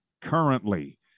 currently